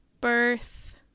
birth